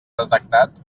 detectat